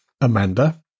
Amanda